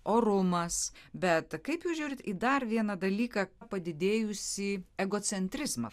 orumas bet kaip jūs žiūrite į dar vieną dalyką padidėjusį egocentrizmą